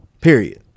period